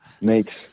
makes